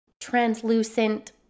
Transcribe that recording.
translucent